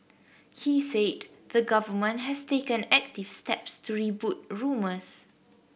he said the Government has taken active steps to rebut rumours